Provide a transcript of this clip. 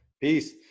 peace